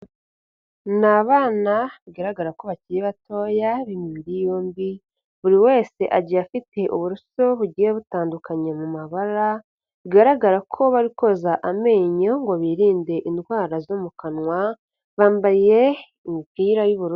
Ni abana bigaragara ko bakiri batoya b'imibiri yombi, buri wese agiye afite uburuso bugiye butandukanye mu mabara bigaragara ko bari koza amenyo ngo birinde indwara zo mu kanwa, bambaye imipira y'ubururu.